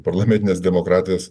parlamentinės demokratijos